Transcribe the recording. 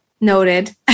Noted